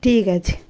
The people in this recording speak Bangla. ঠিক আছে